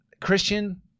christian